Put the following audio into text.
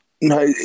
No